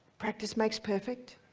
practice makes perfect,